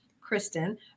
Kristen